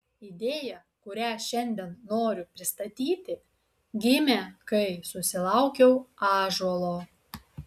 idėja kurią šiandien noriu pristatyti gimė kai susilaukiau ąžuolo